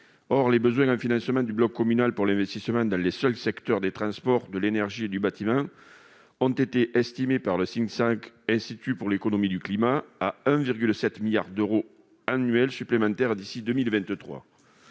Or les besoins en financement du bloc communal pour l'investissement dans les seuls secteurs des transports, de l'énergie et du bâtiment ont été estimés par le think-tank Institut de l'Économie pour le Climat à 1,7 milliard d'euros annuels supplémentaires d'ici à 2023.